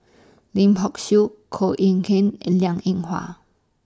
Lim Hock Siew Koh Eng Kian and Liang Eng Hwa